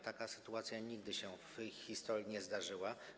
Taka sytuacja nigdy się w historii nie zdarzyła.